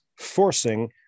Forcing